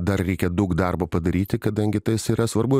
dar reikia daug darbo padaryti kadangi tais yra svarbu